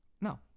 No